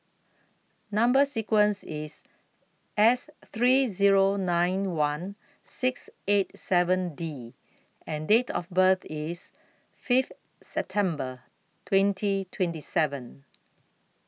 Number sequence IS S three Zero nine one six eight seven D and Date of birth IS Fifth September twenty twenty seven